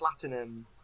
platinum